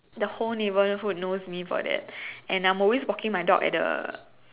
the whole neighborhood knows me for that and I'm always walking my dog at the